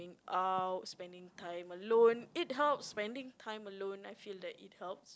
out spending time alone it helps spending time alone I feel that it helps